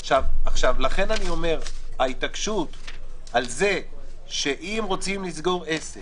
לכן אני אומר שההתעקשות על זה שאם רוצים לסגור עסק